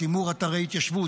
שימור אתרי התיישבות,